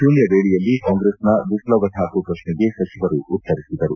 ಶೂನ್ತವೇಳೆಯಲ್ಲಿ ಕಾಂಗ್ರೆಸ್ನ ವಿಪ್ಷವ್ ಠಾಕೂರ್ ಪ್ರಶ್ನೆಗೆ ಸಚಿವರು ಉತ್ತರಿಸಿದರು